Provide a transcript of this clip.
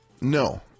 No